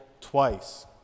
twice